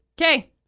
Okay